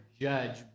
judge